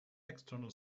external